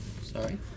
Sorry